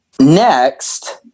next